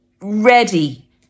ready